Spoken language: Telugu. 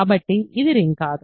కాబట్టి ఇది రింగ్ కాదు